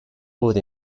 food